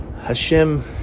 Hashem